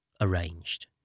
arranged